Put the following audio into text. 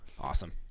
Awesome